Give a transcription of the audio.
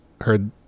heard